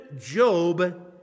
Job